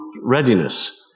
readiness